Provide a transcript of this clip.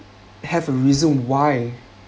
have a reason why